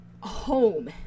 home